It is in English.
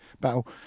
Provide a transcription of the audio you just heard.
battle